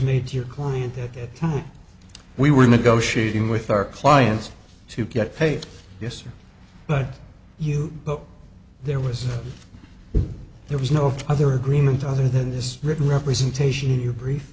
made to your client that we were negotiating with our clients to get paid yes but you know there was there was no other agreement other than this written representation in your brief